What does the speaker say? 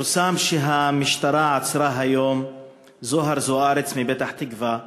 פורסם שהמשטרה עצרה היום את זוהר זוארץ מפתח-תקווה,